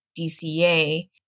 DCA